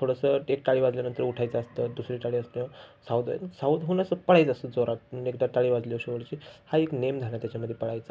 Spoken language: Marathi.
थोडंसं एक टाळी वाजल्यानंतर उठायचं असतं दुसरी टाळी असतं सावध व्हा सावध होऊन असं पळायचं असतं जोरात एकदा टाळी वाजल्यावर शेवटची हा एक नियम झाला त्याच्यामध्ये पळायचा